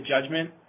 judgment